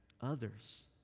others